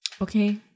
okay